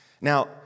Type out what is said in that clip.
Now